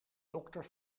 dokter